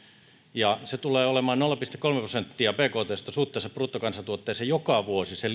ja se tulee olemaan nolla pilkku kolme prosenttia bktstä suhteessa bruttokansantuotteeseen joka vuosi se